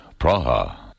Praha